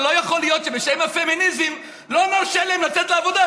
ולא יכול להיות שבשם הפמיניזם לא נרשה להן לצאת לעבודה,